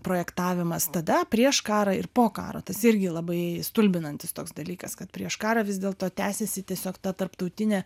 projektavimas tada prieš karą ir po karo tas irgi labai stulbinantis toks dalykas kad prieš karą vis dėl to tęsiasi tiesiog ta tarptautinė